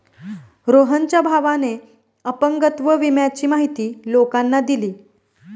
रोहनच्या भावाने अपंगत्व विम्याची माहिती लोकांना दिली